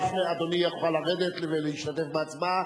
אדוני יוכל לרדת ולהשתתף בהצבעה.